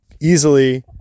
easily